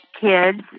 kids